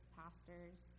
pastors